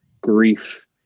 grief